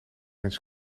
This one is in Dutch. eens